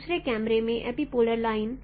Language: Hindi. दूसरे कैमरे में एपीपोलर लाइन